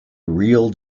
real